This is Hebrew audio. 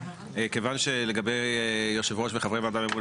כיוון שלגבי יושב-ראש וחברי ועדה ממונה